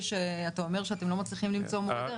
אתה אומר שאתם לא מצליחים למצוא מורי דרך,